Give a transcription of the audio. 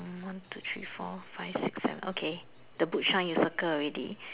one two three four five six seven okay the book shine you circle already